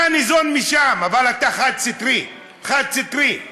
אתה ניזון משם, אבל אתה חד-סטרי, חד-סטרי.